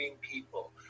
people